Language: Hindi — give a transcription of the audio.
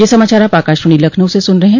ब्रे क यह समाचार आप आकाशवाणी लखनऊ से सुन रहे हैं